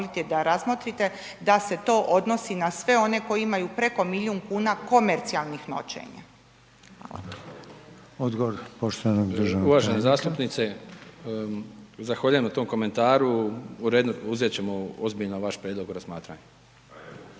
da razmotrite da se to odnosi na sve one koji imaju preko milijun kuna komercijalnih noćenja.